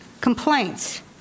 complaints